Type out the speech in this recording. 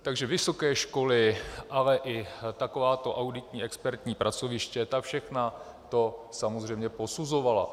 Takže vysoké školy, ale i takováto auditní expertní pracoviště, ta všechna to samozřejmě posuzovala.